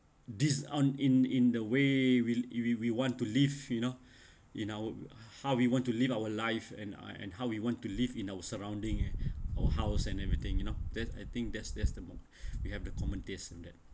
this on in in the way will if we we want to live you know in our how we want to live our life and I and how we want to live in our surrounding eh or house and everything you know that's I think that's that's the co~ we have the common taste in that